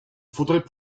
faudrait